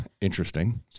Interesting